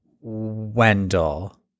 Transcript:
Wendell